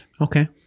Okay